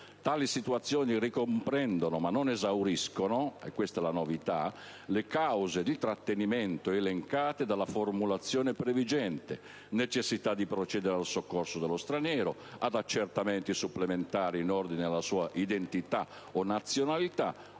Tali situazioni ricomprendono ma non esauriscono - questa è la novità - le cause di trattenimento elencate dalla formulazione previgente, cioè necessità di procedere al soccorso dello straniero, accertamenti supplementari in ordine alla sua identità o nazionalità,